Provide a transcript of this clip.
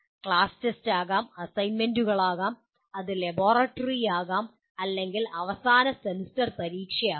ഇത് class test ആകാം അസൈൻമെന്റുകൾ ആകാം അത് ലബോറട്ടറി ആകാം അല്ലെങ്കിൽ അവസാന സെമസ്റ്റർ പരീക്ഷ ആകാം